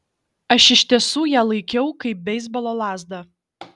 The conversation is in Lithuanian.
aš iš tiesų ją laikiau kaip beisbolo lazdą